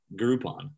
Groupon